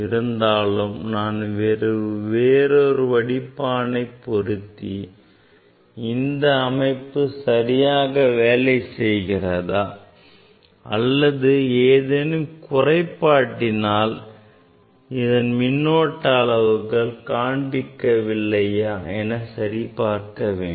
இருந்தாலும் நான் வேறொரு வடிப்பானை பயன்படுத்தி இந்த அமைப்பு சரியாக வேலை செய்கிறதா அல்லது ஏதேனும் குறைபாட்டினால் இது மின்னோட்ட அளவுகளை காண்பிக்கவில்லையா என சரிபார்த்துக் கொள்ள வேண்டும்